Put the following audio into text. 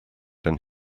than